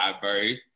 diverse